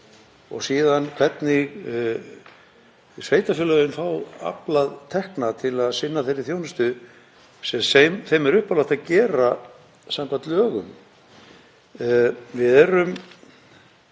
og síðan hvernig sveitarfélögin fái aflað tekna til að sinna þeirri þjónustu sem þeim er uppálagt að gera samkvæmt lögum. Það